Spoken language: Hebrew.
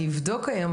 אני אבדוק היום,